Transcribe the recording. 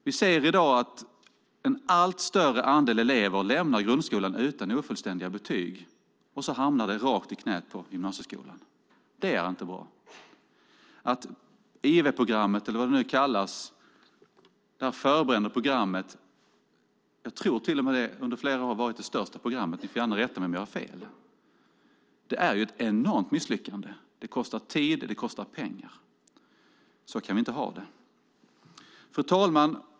Vi ser i dag att en allt större andel elever lämnar grundskolan utan fullständiga betyg, och så hamnar de rakt i knäet på gymnasieskolan. Det är inte bra. Jag tror att IV-programmet, eller vad det förberedande programmet nu kallas, under flera år till och med har varit det största programmet. Ni får gärna rätta mig om jag har fel. Det är ju ett enormt misslyckande. Det kostar tid och det kostar pengar. Så kan vi inte ha det. Fru talman!